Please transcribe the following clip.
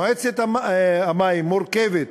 מועצת המים מורכבת